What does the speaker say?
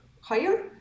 higher